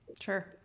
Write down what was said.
Sure